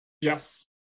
Yes